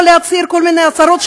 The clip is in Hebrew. להצהיר כל מיני הצהרות,